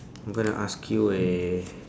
I'm gonna ask you a